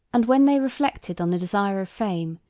and when they reflected on the desire of fame,